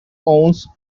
owns